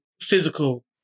physical